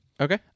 Okay